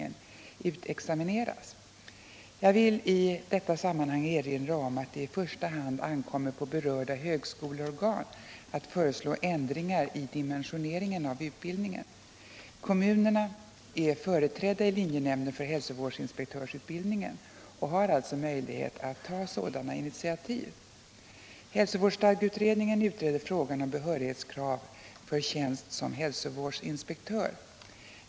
Jag vill i detta sammanhang erinra om att det i första hand ankommer på berörda högskoleorgan att föreslå ändringar i dimensioneringen av utbildningen. Kommunerna är företrädda i linjenämnden för hälsovårdsinspektörsutbildningen och har alltså möjlighet att ta sådana initiativ. Hälsovårdsstadgeutredningen utreder frågan om behörighetskrav för tjänst som hälsovårdsinspektör.